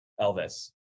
Elvis